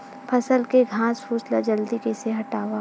फसल के घासफुस ल जल्दी कइसे हटाव?